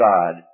God